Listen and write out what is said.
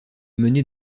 mené